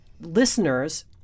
listeners